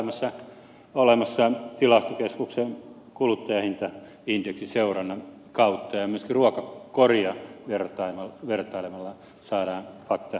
tästä on tietysti faktaa olemassa tilastokeskuksen kuluttajahintaindeksiseurannan kautta ja myöskin ruokakoria vertailemalla saadaan faktatietoa